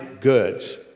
goods